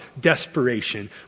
desperation